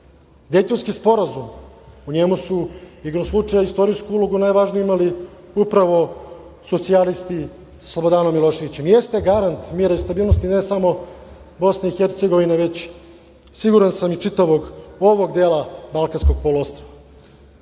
Dejtonski sporazum, u njemu su igrom slučaja istorijsku ulogu najvažniju imali upravo socijalisti Slobodana Miloševića. On jeste garant mira i stabilnosti ne samo Bosne i Hercegovine, već siguran sam i čitavog ovog dela Balkanskog poluostrva. Takođe,